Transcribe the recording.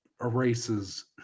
erases